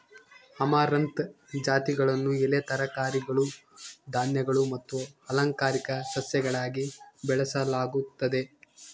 amaranth ಜಾತಿಗಳನ್ನು ಎಲೆ ತರಕಾರಿಗಳು ಧಾನ್ಯಗಳು ಮತ್ತು ಅಲಂಕಾರಿಕ ಸಸ್ಯಗಳಾಗಿ ಬೆಳೆಸಲಾಗುತ್ತದೆ